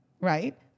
right